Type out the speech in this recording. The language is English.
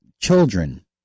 children